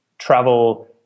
travel